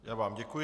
Já vám děkuji.